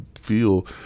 feel